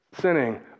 sinning